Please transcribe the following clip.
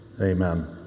Amen